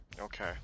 Okay